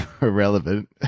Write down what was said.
irrelevant